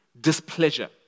displeasure